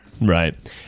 Right